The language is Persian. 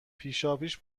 پیشاپیش